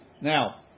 now